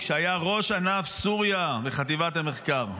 שהיה ראש ענף סוריה בחטיבת המחקר,